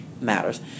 Matters